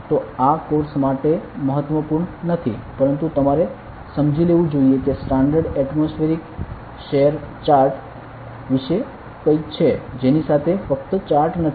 તો આ કોર્સ માટે મહત્વપૂર્ણ નથી પરંતુ તમારે સમજી લેવું જોઈએ કે સ્ટાન્ડર્ડ એટમોસ્ફિયરિક શેર ચાર્ટ વિશે કંઈક છે જેની સાથે ફક્ત ચાર્ટ નથી